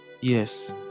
yes